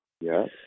Yes